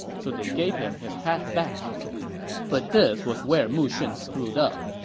so they gave him his hat back but this was where mu shun screwed up.